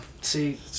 See